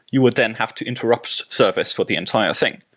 you would then have to interrupt service for the entire thing.